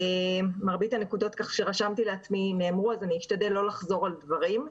מרבית הנקודות שרשמתי לעצמי נאמרו אז אני אשתדל לא לחזור על דברים.